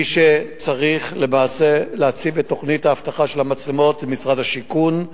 מי שצריך למעשה להציב את תוכנית האבטחה של המצלמות זה משרד השיכון,